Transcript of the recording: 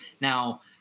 Now